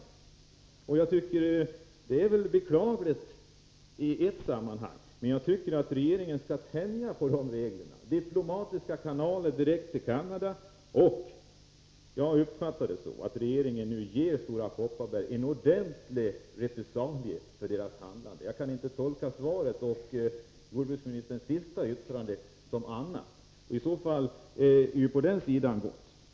I ett sammanhang tycker jag det är beklagligt, men här tycker jag att regeringen skall tänja på reglerna och utnyttja diplomatiska kanaler direkt till Canada. Jag har uppfattat det så, att regeringen nu ger Stora Kopparberg en ordentlig reprimand för deras handlande. Jag kan inte tolka svaret och jordbruksministerns senaste yttrande på annat sätt. I så fall bådar den saken gott.